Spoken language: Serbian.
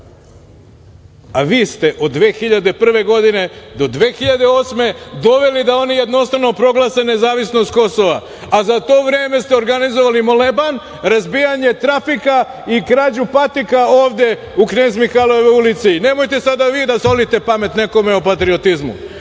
a vi ste od 2001. godine do 2008. godine, doveli da oni jednostrano proglase nezavisnost Kosova, a za to vreme ste organizovali Moleban, razbijanje trafika i krađu patika, ovde u Knez Mihajlovoj ulici, nemojte sada vi da solite pamet nekome o patriotizmu.